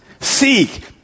Seek